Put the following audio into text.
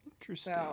Interesting